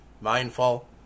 mindful